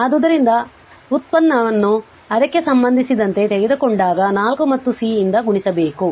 ಆದ್ದರಿಂದ ವ್ಯುತ್ಪನ್ನವನ್ನು ಅದಕ್ಕೆ ಸಂಬಂಧಿಸಿದಂತೆ ತೆಗೆದುಕೊಂಡಾಗ 4 ಮತ್ತು C ಯಿಂದ ಗುಣಿಸಬೇಕು